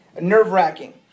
nerve-wracking